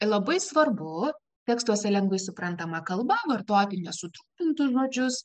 labai svarbu tekstuose lengvai suprantama kalba vartoti nesutrumpintus žodžius